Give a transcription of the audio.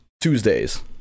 tuesdays